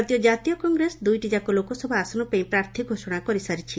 ଭାରତୀୟ କାତୀୟ କଂଗ୍ରେସ ଦୁଇଟି ଯାକ ଲୋକସଭା ଆସନ ପାଇଁ ପ୍ରାର୍ଥୀ ଘୋଷଣା କରିସାରିଛି